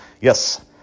Yes